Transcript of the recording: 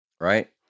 right